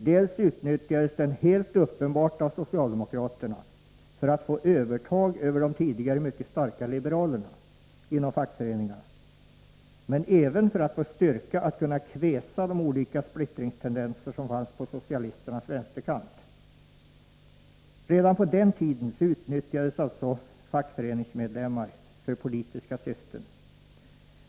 Dels utnyttjades den helt uppenbart av socialdemokraterna för att man skulle få övertag över de tidigare mycket starka liberalerna inom fackföreningarna, dels för att få styrka att kunna kväsa de olika splittringstendenser som fanns på socialisternas vänsterkant. Redan på den tiden utnyttjades alltså fackföreningsmedlemmar för politiska syften.